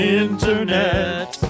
internet